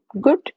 good